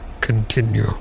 continue